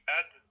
add